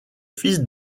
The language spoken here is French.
fils